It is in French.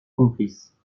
complices